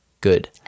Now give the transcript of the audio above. good